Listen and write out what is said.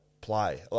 play